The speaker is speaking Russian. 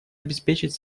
обеспечить